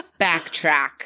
backtrack